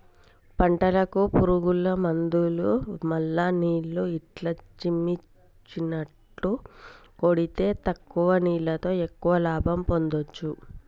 పంటలకు పురుగుల మందులు మల్ల నీళ్లు ఇట్లా చిమ్మిచినట్టు కొడితే తక్కువ నీళ్లతో ఎక్కువ లాభం పొందొచ్చు